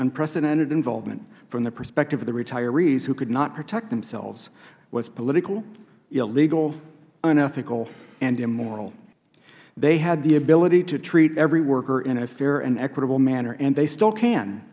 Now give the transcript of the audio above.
unprecedented involvement from the perspective of the retirees who could not protect themselves was political illegal unethical and immoral they had the ability to treat every worker in a fair and equitable manner and they still can